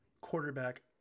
quarterback